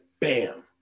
bam